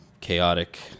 chaotic